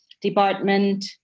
department